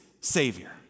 Savior